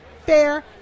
fair